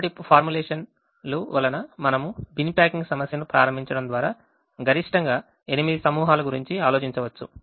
మునుపటి ఫార్ములేషన్ లు వలన మనము బిన్ ప్యాకింగ్ సమస్యను ప్రారంభించడం ద్వారా గరిష్టంగా 8 సమూహాల గురించి ఆలోచించవచ్చు